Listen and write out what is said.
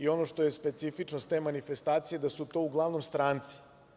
Ono što je specifičnost te manifestacije da su to uglavnom stranci.